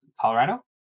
Colorado